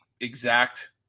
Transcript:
exact